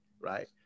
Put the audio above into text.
right